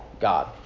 god